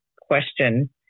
question